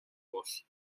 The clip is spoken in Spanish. vos